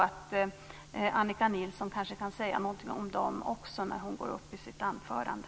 Annika Nilsson kan säkert också säga någonting om dem när hon går upp i sitt anförande.